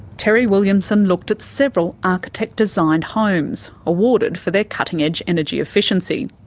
terry williamson looked at several architect-designed homes awarded for their cutting-edge energy efficiency.